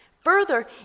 Further